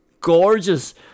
gorgeous